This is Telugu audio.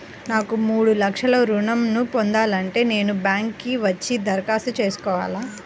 నాకు మూడు లక్షలు ఋణం ను పొందాలంటే నేను బ్యాంక్కి వచ్చి దరఖాస్తు చేసుకోవాలా?